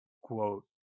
quote